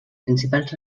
principals